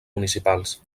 municipals